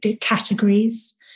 categories